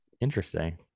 Interesting